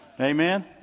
Amen